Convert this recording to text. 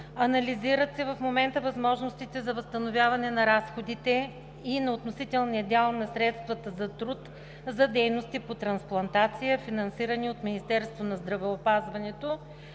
Анализират се в момента възможностите за възстановяване на разходите и на относителния дял на средствата за труд и за дейности по трансплантация, финансирани от Министерството на здравеопазването.